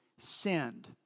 sinned